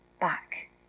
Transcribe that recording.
back